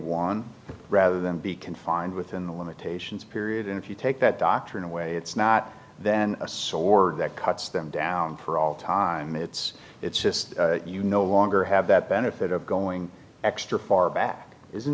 one rather than be confined within the limitations period and if you take that doctrine away it's not then a sword that cuts them down for all time it's it's just you no longer have that benefit of going extra far back isn't